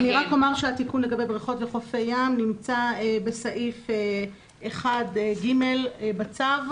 אני רק אומר שהתיקון לגבי בריכות וחופי ים נמצא בסעיף 1(ג) בצו,